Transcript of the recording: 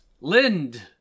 Lind